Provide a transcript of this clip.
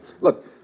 Look